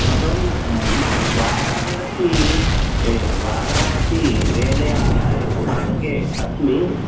अहं वाराणसी वाराणसी रैलयानस्थानके अस्मि